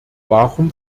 warum